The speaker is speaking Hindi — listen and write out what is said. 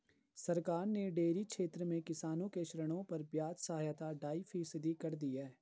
सरकार ने डेयरी क्षेत्र में किसानों को ऋणों पर ब्याज सहायता ढाई फीसदी कर दी है